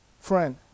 friend